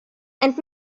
ent